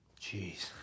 Jeez